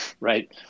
right